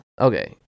Okay